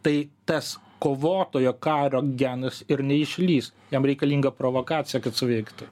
tai tas kovotojo karo genas ir neišlįs jam reikalinga provokacija kad suveiktų